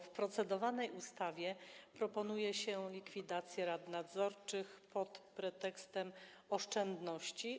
W procedowanej ustawie proponuje się likwidację rady nadzorczej pod pretekstem uzyskania oszczędności.